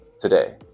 Today